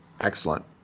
Excellent